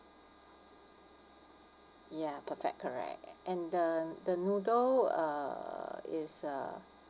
ya perfect correct and the the noodle uh is uh